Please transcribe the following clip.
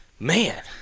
Man